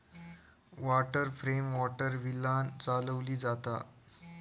water frame water व्हीलांन चालवली जाता